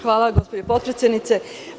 Hvala gospođo potpredsednice.